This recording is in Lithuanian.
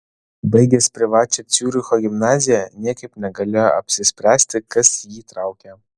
baigęs privačią ciuricho gimnaziją niekaip negalėjo apsispręsti kas jį traukia